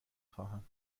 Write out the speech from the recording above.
خواهم